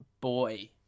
boy